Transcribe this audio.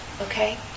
Okay